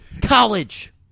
College